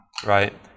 right